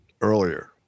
earlier